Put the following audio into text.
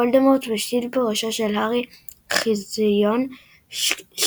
וולדמורט משתיל בראשו של הארי חיזיון שקרי,